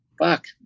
fuck